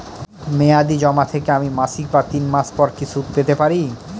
মেয়াদী জমা থেকে আমি মাসিক বা তিন মাস পর কি সুদ পেতে পারি?